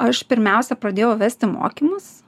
aš pirmiausia pradėjau vesti mokymus